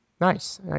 Nice